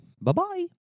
Bye-bye